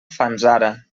fanzara